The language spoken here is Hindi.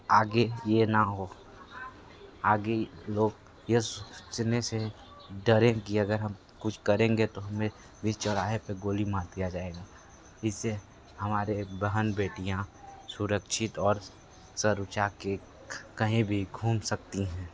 आगे ये ना हो आगे लोग ये सोचने से डरें कि अगर हम कुछ करेंगे तो हमें बीच चौराहे पर गोली मार दी जाएगी इस से हमारे बहन बेटियाँ सुरक्षित और सर ऊँचा कर के कहीं भी घूम सकती हैं